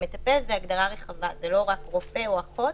מטפל זה הגדרה רחבה, זה לא רק רופא או אחות.